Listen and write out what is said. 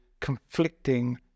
conflicting